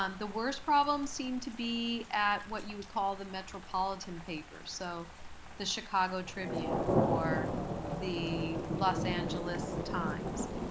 um the worst problems seem to be at what you would call the metropolitan papers, so the chicago tribune or the los angeles times.